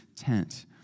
tent